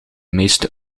meeste